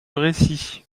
récit